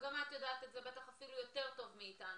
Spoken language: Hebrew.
וגם את יודעת את זה אפילו יותר טוב מאיתנו,